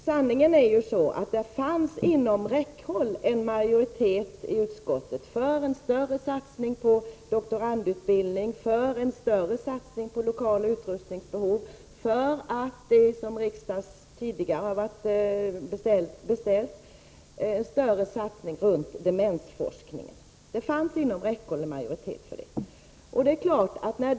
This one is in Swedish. Sanningen är att det i utskottet fanns inom räckhåll en större majoritet för en större satsning på doktorandutbildning, för en större satsning på lokaloch utrustningsbehov och för en större satsning runt demensforskningen, som riksdagen tidigare har beställt. En majoritet för detta fanns inom räckhåll i utskottet.